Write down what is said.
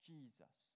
Jesus